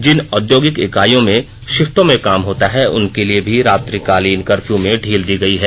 जिन औद्योगिक इकाइयों में शिफ्टों में काम होता है उनके लिए भी रात्रिकालीन कर्फ्यू में ढील दी गई है